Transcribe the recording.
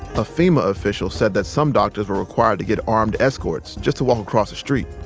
a fema official said that some doctors were required to get armed escorts just to walk across the street.